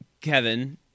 Kevin